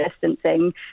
distancing